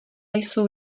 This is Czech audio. jsou